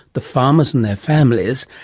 the farmers and their families,